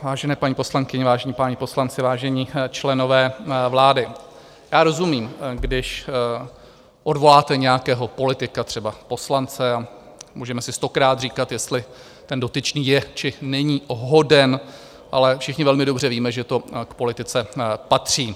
Vážené paní poslankyně, vážení páni poslanci, vážení členové vlády, rozumím, když odvoláte nějakého politika, třeba poslance, a můžeme si stokrát říkat, jestli ten dotyčný je, či není hoden, ale všichni velmi dobře víme, že to k politice patří.